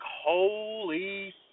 holy